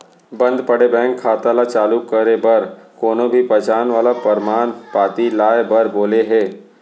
बंद पड़े बेंक खाता ल चालू करे बर कोनो भी पहचान वाला परमान पाती लाए बर बोले हे